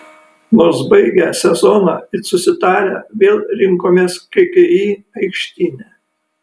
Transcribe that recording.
nors baigę sezoną it susitarę vėl rinkomės kki aikštyne